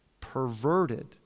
perverted